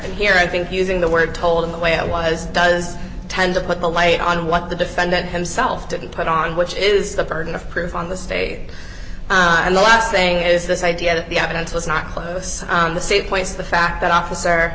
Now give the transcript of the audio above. and here i think using the word told in the way it was does tend to put the light on what the defendant himself didn't put on which is the burden of proof on the state and the last thing is this idea that the evidence was not close on the same points the fact that officer